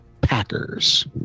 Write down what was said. packers